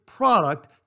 Product